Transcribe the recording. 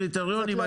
קריטריונים,